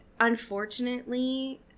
unfortunately